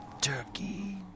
Turkey